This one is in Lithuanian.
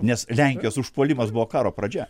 nes lenkijos užpuolimas buvo karo pradžia